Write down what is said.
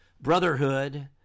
brotherhood